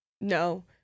no